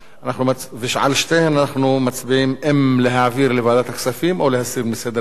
על שתיהן אנחנו מצביעים האם להעביר לוועדת הכספים או להסיר מסדר-היום.